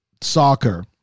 soccer